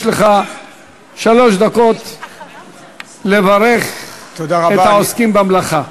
יש לך שלוש דקות לברך את העוסקים במלאכה.